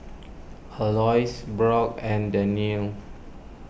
Aloys Brock and Dannielle